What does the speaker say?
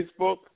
Facebook